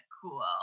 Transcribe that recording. Cool